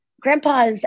grandpas